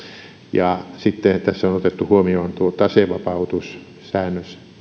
ja sitten tässä on otettu huomioon tuo tasevapautussäännös